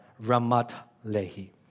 Ramat-Lehi